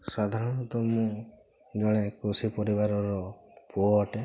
ସାଧାରଣ ତ ମୁଁ କୃଷି ପରିବାରର ପୁଅ ଅଟେ